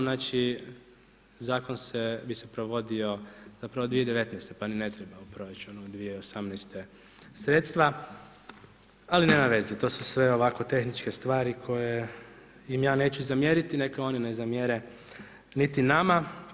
Znači zakon bi se provodio od 2019. pa ni ne treba u proračunu 2018. sredstva, ali nema veze to su sve ovako tehničke stvari koje im ja neću zamjeriti, neka oni ne zamjere niti nama.